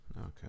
Okay